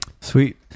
Sweet